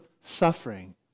suffering